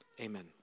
Amen